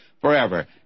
forever